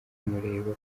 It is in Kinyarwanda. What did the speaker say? kumureba